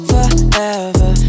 Forever